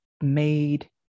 made